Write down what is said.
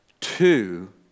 Two